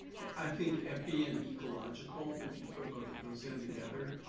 i think epi and ecological, but if you put both of those in together,